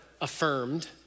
affirmed